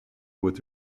with